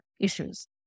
issues